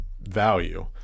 value